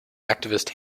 activist